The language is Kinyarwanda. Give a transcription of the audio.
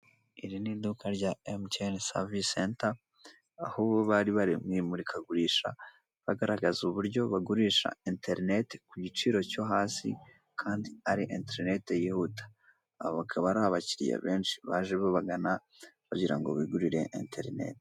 Iri ni iduka rya emutiyene sevirise senta, aho bari mu imurikagurisha bagaragaza uburyo bagurisha enterinete kugiciro cyo hasi kandi ari enterinete yihuta, abo akaba ari abakiriya benshi baje babagana bagirango bigurire enterinete.